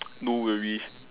no worries